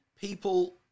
people